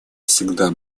всегда